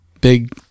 big